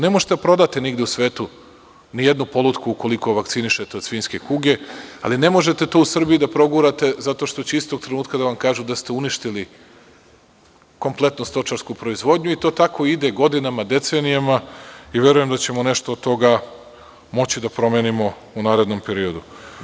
Ne možete da prodate nigde u svetu nijednu polutku ukoliko ne vakcinišete od svinjske kuge, ali ne možete to u Srbiji da progurate zato što će istog trenutka da vam kažu da ste uništili kompletnu stočarsku proizvodnju i to tako ide godinama, decenijama i verujem da ćemo nešto od toga moći da promenimo u narednom periodu.